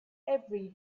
every